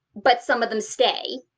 but some of them stay.